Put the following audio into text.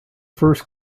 first